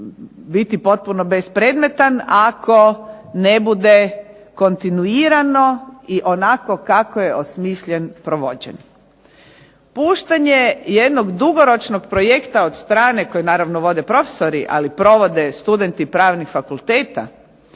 biti potpuno bespredmetan ako ne bude kontinuirano i onako kako je osmišljen provođen. Puštanje jednog dugoročnog projekta od strane, koji naravno vode profesori, ali provode studenti pravnih fakulteta,